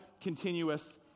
continuous